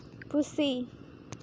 ᱯᱩᱥᱤ